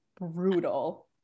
brutal